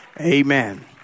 Amen